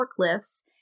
forklifts